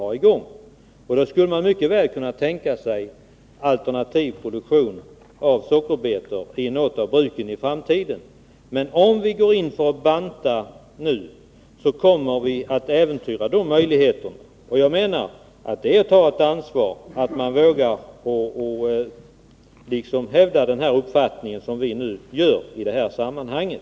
I något av bruken skulle man väl kunna tänka sig alternativ produktion av sockerbetor i framtiden. Om vi nu går in för att banta ner, kommer vi att äventyra sådana möjligheter. Den uppfattning som vi har redovisat i det här sammanhanget innebär också ett ansvarstagande.